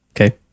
Okay